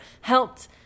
helped